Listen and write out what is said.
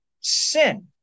sin